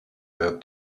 their